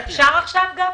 שגית,